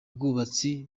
bwubatsi